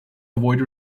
avoid